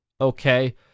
Okay